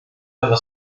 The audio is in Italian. della